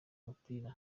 umupira